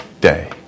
day